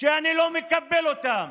שאני לא מקבל אותן